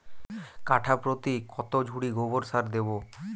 কাঠাপ্রতি কত ঝুড়ি গোবর সার দেবো?